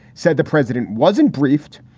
said the president wasn't briefed,